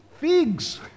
figs